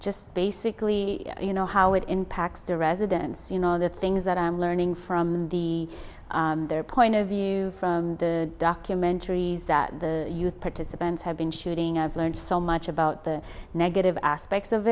just basically you know how it impacts the residents you know the things that i'm learning from the their point of view from the documentaries that the youth participants have been shooting i've learned so much about the negative aspects of